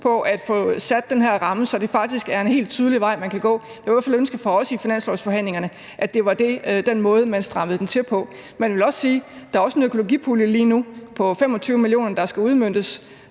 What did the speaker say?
til at få sat den her ramme, så det faktisk er en helt tydelig vej, man kan gå. Jeg ville i hvert fald ønske for os i finanslovsforhandlingerne, at det var den måde, man strammede den til på. Man kan også sige, at der lige nu er en økologipulje på 25 mio. kr., der skal udmøntes,